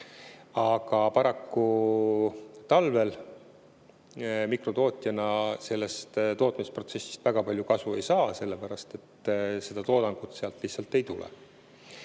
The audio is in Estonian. Aga paraku talvel mikrotootjana sellest tootmisprotsessist väga palju kasu ei saa, sellepärast et toodangut sealt lihtsalt ei tule.